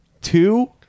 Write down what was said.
two